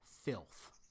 Filth